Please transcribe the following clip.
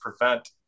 prevent